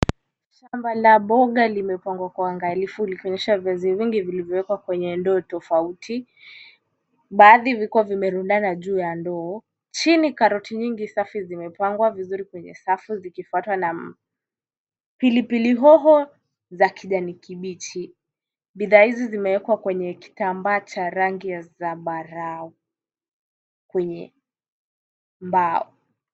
Shamba la boga limepangwa kwa uangalifu likionyesha viazi vingi vilivyowekwa kwenye ndoo tofauti, baadhi vikiwa vimerundana juu ya ndoo. Chini karoti nyingi safi zimepangwa vizuri kwenye safu zikifuatwa na pilipili hoho za kijani kibichi. Bidhaa hizi zimewekwa kwenye kitambaa cha rangi ya zambarau kwenye mbao.